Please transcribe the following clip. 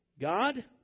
God